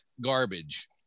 garbage